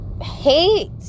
hate